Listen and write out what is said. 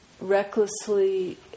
recklessly